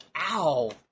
Ow